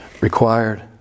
required